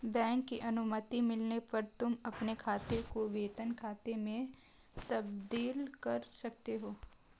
bank की अनुमति मिलने पर तुम अपने खाते को वेतन खाते में तब्दील कर सकते हो